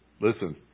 listen